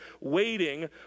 waiting